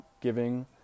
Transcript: giving